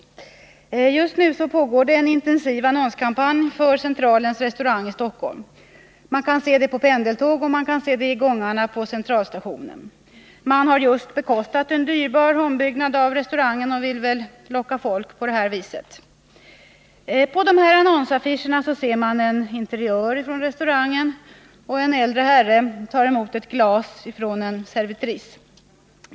Just nu pågår en intensiv annonskampanj för Centralens restaurang i Stockholm. Vi kan se annonserna på pendeltåg och i gångarna på Centralstationen. Man har just bekostat en dyrbar ombyggnad av restaurangen och vill väl locka folk på det här viset. På annonsaffischerna ser man en interiör från restaurangen, och en äldre herre tar emot ett glas från en servitris.